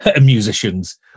musicians